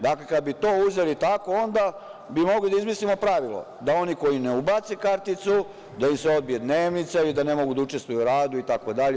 Dakle, kada bi to uzeli tako onda bi mogli da izmislimo pravilo da oni koji ne ubace karticu da im se odbije dnevnica ili da ne mogu da učestvuju u radu itd.